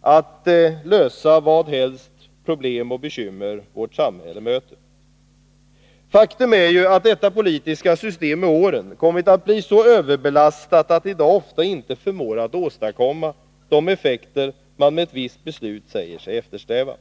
att lösa vilka bekymmer vårt samhälle än möter. Faktum är ju att detta politiska system med åren kommit att bli så överbelastat att det i dag ofta inte förmår att åstadkomma de effekter man med ett visst beslut säger sig eftersträva.